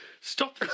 stop